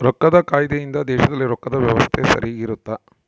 ರೊಕ್ಕದ್ ಕಾಯ್ದೆ ಇಂದ ದೇಶದಲ್ಲಿ ರೊಕ್ಕದ್ ವ್ಯವಸ್ತೆ ಸರಿಗ ಇರುತ್ತ